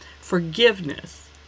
forgiveness